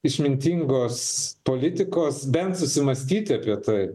išmintingos politikos bent susimąstyti apie tai